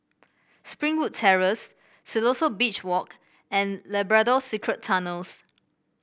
Springwood Terrace Siloso Beach Walk and Labrador Secret Tunnels